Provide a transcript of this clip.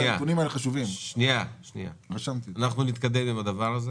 --- אנחנו נתקדם עם הדבר הזה,